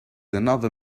another